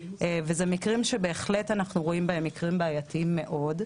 אלה מקרים שאנחנו רואים בהם בעייתיים מאוד בהחלט,